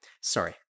Sorry